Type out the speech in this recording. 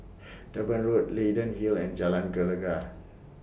Durban Road Leyden Hill and Jalan Gelegar